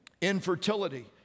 Infertility